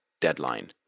deadline